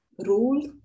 rule